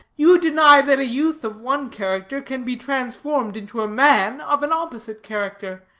you deny that a youth of one character can be transformed into a man of an opposite character.